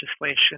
legislation